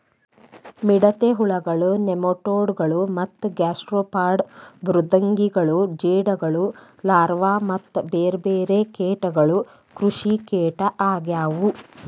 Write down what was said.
ಮಿಡತೆ ಹುಳಗಳು, ನೆಮಟೋಡ್ ಗಳು ಮತ್ತ ಗ್ಯಾಸ್ಟ್ರೋಪಾಡ್ ಮೃದ್ವಂಗಿಗಳು ಜೇಡಗಳು ಲಾರ್ವಾ ಮತ್ತ ಬೇರ್ಬೇರೆ ಕೇಟಗಳು ಕೃಷಿಕೇಟ ಆಗ್ಯವು